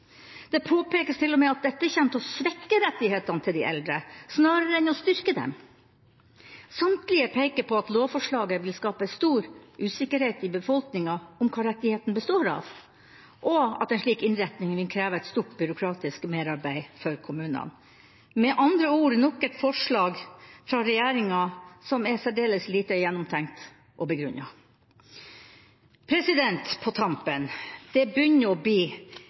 Det påpekes til og med at dette kommer til å svekke rettighetene til de eldre snarere enn å styrke dem. Samtlige peker på at lovforslaget vil skape stor usikkerhet i befolkninga om hva rettigheten består i, og at en slik innretting vil kreve et stort byråkratisk merarbeid for kommunene. Det er med andre ord nok et forslag fra regjeringa som er særdeles lite gjennomtenkt og begrunnet. På tampen: Det begynner å bli